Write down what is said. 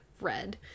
red